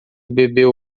bebeu